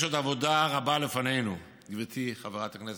יש עוד עבודה לפנינו, גברתי חברת הכנסת,